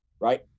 Right